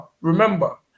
remember